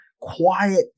quiet